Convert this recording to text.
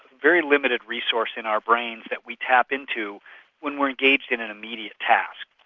very limited resource in our brains that we tap into when we're engaged in an immediate task.